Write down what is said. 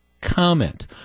comment